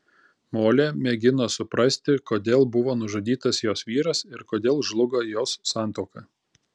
molė mėgino suprasti kodėl buvo nužudytas jos vyras ir kodėl žlugo jos santuoka